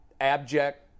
abject